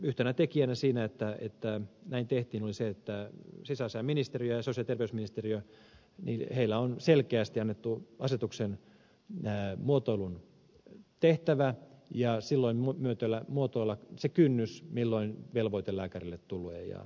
yhtenä tekijänä siinä että näin tehtiin oli se että sisäasiainministeriölle ja sosiaali ja terveysministeriölle on selkeästi annettu asetuksen muotoilun tehtävä ja muotoilu siitä kynnyksestä milloin velvoite lääkärille tulee